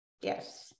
Yes